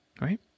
Right